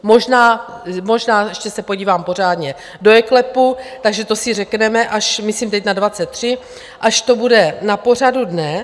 Možná, možná, ještě se podívám pořádně do eKLEPu, takže to si řekneme, až, myslím teď na 23, až to bude na pořadu dne.